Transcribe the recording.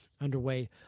underway